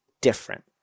different